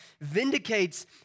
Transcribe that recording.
vindicates